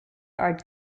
art